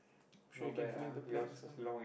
sure you can fill in the blanks